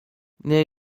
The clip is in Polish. nie